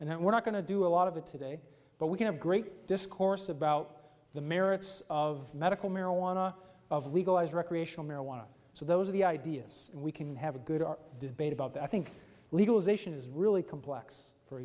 and we're not going to do a lot of it today but we can have great discourse about the merits of medical marijuana of legalized recreational marijuana so those are the ideas we can have a good our debate about that i think legalization is really complex for